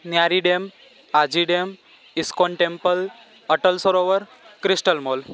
Nyari dam Aji dam ISKCON temple Atal Sarovar crystal mall